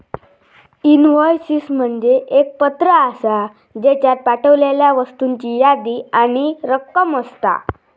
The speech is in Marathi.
इनव्हॉयसिस म्हणजे एक पत्र आसा, ज्येच्यात पाठवलेल्या वस्तूंची यादी आणि रक्कम असता